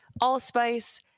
allspice